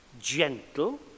gentle